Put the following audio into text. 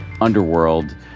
underworld